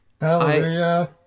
Hallelujah